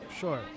Sure